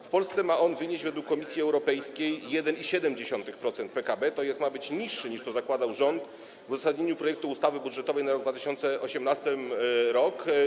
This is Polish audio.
W Polsce ma on wynieść według Komisji Europejskiej 1,7% PKB, tj. ma być niższy, niż to zakładał rząd w uzasadnieniu projektu ustawy budżetowej na 2018 r.